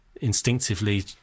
instinctively